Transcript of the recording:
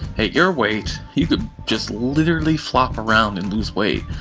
hey, your weight, you could just literally flop around and lose weight.